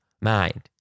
mind